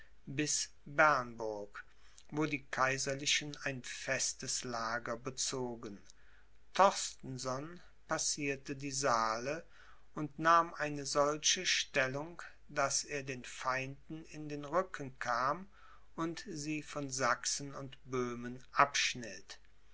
bis bernburg wo die kaiserlichen ein festes lager bezogen torstenson passierte die saale und nahm eine solche stellung daß er den feinden in den rücken kam und sie von sachsen und böhmen abschnitt